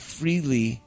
freely